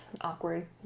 awkward